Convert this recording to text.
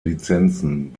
lizenzen